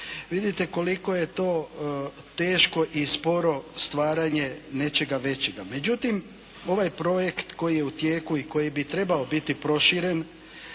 Vidite koliko je to teško i sporo stvaranje nečega većega. Međutim, ovaj projekt koji je u tijeku i koji bi trebao biti proširen,